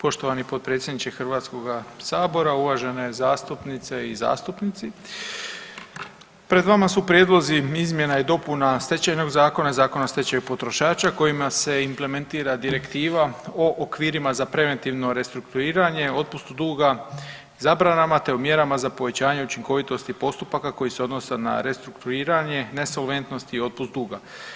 Poštovani potpredsjedniče Hrvatskoga sabora, uvažene zastupnice i zastupnici pred vama su prijedlozi izmjena i dopuna stečajnog zakona i Zakona o stečaju potrošača kojima se implementira Direktiva o okvirima za preventivno restrukturiranje, otpustu duga i zabranama te o mjerama za povećanje učinkovitosti postupaka koji se odnose na restrukturiranje, nesolventnost i otpust duga.